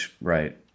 right